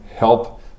help